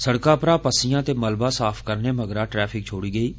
सड़का परा पस्सियां ते मलबा साफ करने मगरा ट्रैफिक छोड़ी गेई ऐ